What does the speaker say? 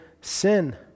sin